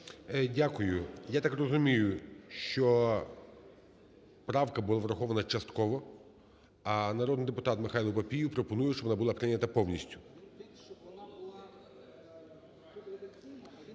Дякую. Я так розумію, що правка була врахована частково, а народний депутат Михайло Папієв пропонує, щоб вона була прийнята повністю.